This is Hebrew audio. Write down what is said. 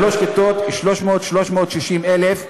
שלוש כיתות, 3.36 מיליון,